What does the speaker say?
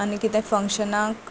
आनी कितें फंक्शनाक